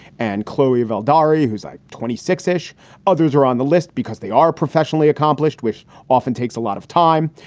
and chloe al-dhari, who's like twenty six ish others are on the list because they are professionally accomplished, which often takes a lot of time.